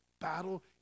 battle